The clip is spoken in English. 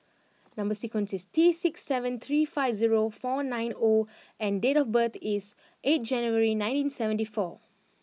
number sequence is T six seven three five zero four nine O and date of birth is eighth January nineteen seventy four